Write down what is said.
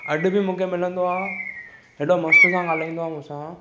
अॼु बि मूंखे मिलंदो आहे हेॾो मस्त सां ॻाल्हाईंदो आहे मूंसां